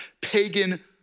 pagan